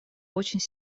очень